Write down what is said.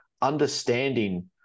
understanding